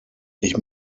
ich